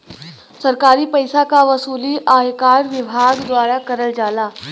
सरकारी पइसा क वसूली आयकर विभाग द्वारा करल जाला